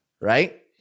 right